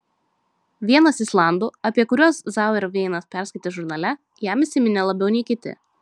vienas islandų apie kuriuos zauerveinas perskaitė žurnale jam įsiminė labiau nei kiti